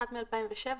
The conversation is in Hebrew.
אחת מ-2007,